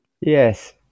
Yes